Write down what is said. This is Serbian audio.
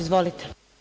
Izvolite.